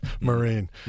Marine